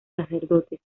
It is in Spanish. sacerdotes